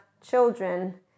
children